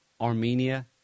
Armenia